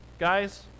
Guys